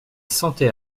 sentait